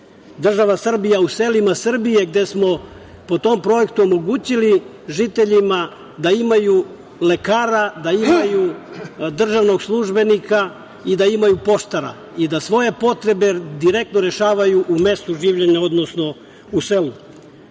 Država Srbija u selima Srbije gde smo po tom projektu omogućili žiteljima da imaju lekara, da imaju državnog službenika i da imaju poštara i da svoje potrebe direktno rešavaju u mestu življenja, odnosno u selu. Molim